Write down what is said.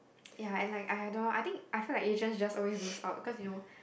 ya and like I don't I think I feel like you just just always lost out because you know